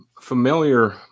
familiar